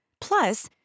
Plus